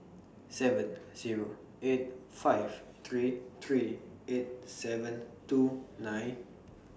seven Zero eight five three three eight seven two nine